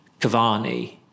Cavani